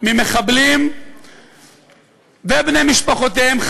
ממחבלים ובני משפחותיהם,